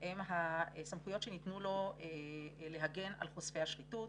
היא הסמכות שניתנה לו להגן על חושפי השחיתות.